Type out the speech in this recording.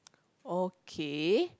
okay